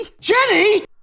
Jenny